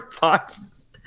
boxes